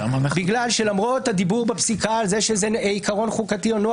בגלל שלמרות הדיבור בפסיקה שזה עיקרון חוקתי או נוהל